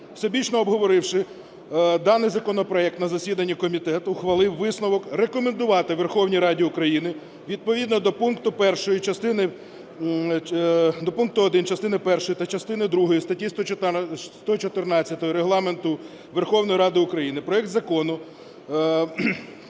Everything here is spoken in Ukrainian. Всебічно обговоривши даний законопроект на засіданні комітет ухвалив висновок рекомендувати Верховній Раді України відповідно до пункту 1 частини першої та частини другої статті 114 Регламенту Верховної Ради України проект Закону